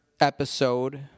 episode